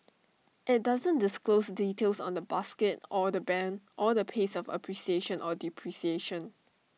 IT doesn't disclose details on the basket or the Band or the pace of appreciation or depreciation